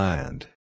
Land